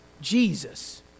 Jesus